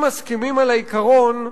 אם מסכימים על העיקרון,